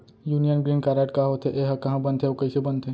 Union green card का होथे, एहा कहाँ बनथे अऊ कइसे बनथे?